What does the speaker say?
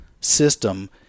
system